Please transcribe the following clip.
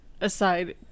aside